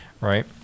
Right